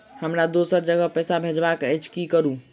हमरा दोसर जगह पैसा भेजबाक अछि की करू?